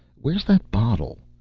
where is that bottle?